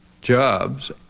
jobs